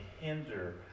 hinder